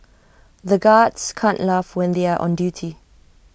the guards can't laugh when they are on duty